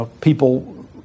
people